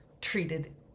treated